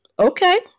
okay